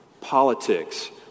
politics